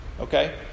Okay